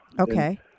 okay